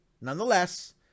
nonetheless